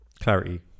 clarity